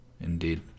Indeed